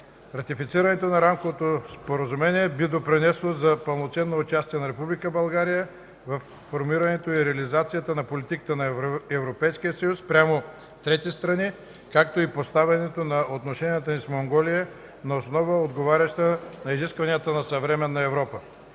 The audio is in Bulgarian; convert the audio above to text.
Ратифицирането на Рамковото споразумение би допринесло за пълноценно участие на Република България във формирането и реализацията на политиката на Европейския съюз спрямо трети страни, както и поставянето на отношенията ни с Монголия на основа, отговаряща на изискванията на съвременна Европа.